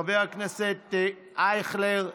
חבר הכנסת אייכלר,